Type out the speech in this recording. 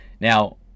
Now